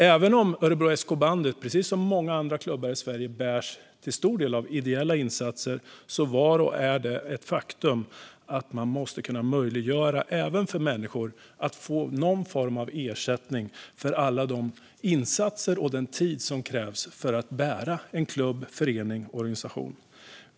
Även om Örebro SK Bandy precis som många andra klubbar i Sverige till stor del bärs av ideella insatser var och är det ett faktum att man måste kunna möjliggöra för människor att få någon form av ersättning för alla de insatser och den tid som krävs för att bära en klubb, förening eller organisation.